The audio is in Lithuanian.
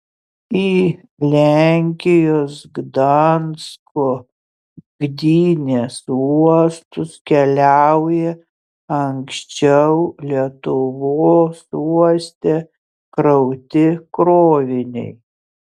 į lenkijos gdansko gdynės uostus keliauja anksčiau lietuvos uoste krauti kroviniai